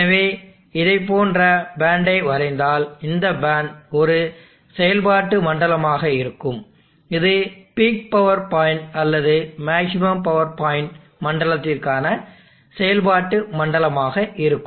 எனவே இதைப் போன்ற பேண்ட்டை வரைந்தால் இந்த பேண்ட் ஒரு செயல்பாட்டு மண்டலமாக இருக்கும் இது பீக் பவர் பாயிண்ட் அல்லது மேக்ஸிமம் பவர் பாயிண்ட் மண்டலத்திற்கான செயல்பாட்டு மண்டலமாக இருக்கும்